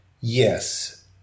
Yes